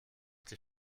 die